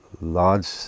large